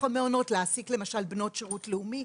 המעונות להעסיק למשל בנות שירות לאומי,